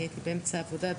אני הייתי באמצע העבודה,